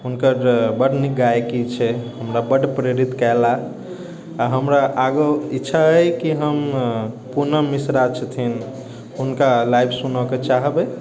हुनकर बड़ नीक गायकी छै हमरा बड़ प्रेरित कयलक आओर हमरा आगू इच्छा हइ कि हम पूनम मिश्रा छथिन हुनका लाइव सुनैके चाहबै